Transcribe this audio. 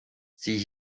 sieh